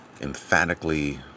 emphatically